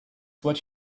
what